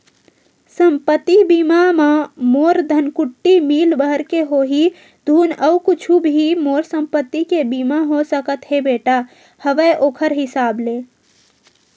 संपत्ति बीमा म मोर धनकुट्टी मील भर के होही धुन अउ कुछु भी मोर संपत्ति के बीमा हो सकत हे बेटा हवय ओखर हिसाब ले?